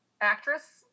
actress